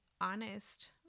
honest